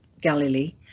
Galilee